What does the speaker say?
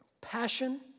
passion